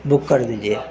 بک کر دیجیے